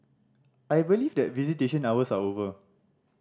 I believe that visitation hours are over